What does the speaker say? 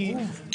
אתה